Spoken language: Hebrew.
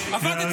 פלדשטיין, מכיר?